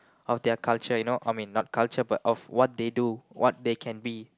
of their culture you know I mean not culture but of what they do what they can be